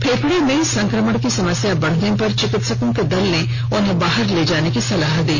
फेफड़े में संकमण की समस्या बढ़ने पर चिकित्सकों के दल ने उन्हें बाहर ले जाने की सलाह दी